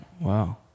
wow